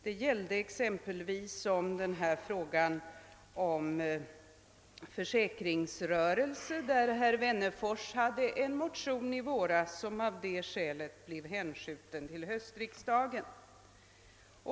Herr Wennerfors hade exempelvis en motion om försäkringsrörelse som av det skälet blev hänskjuten till höstriksdagen.